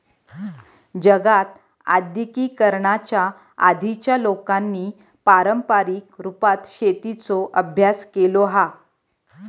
जगात आद्यिगिकीकरणाच्या आधीच्या लोकांनी पारंपारीक रुपात शेतीचो अभ्यास केलो हा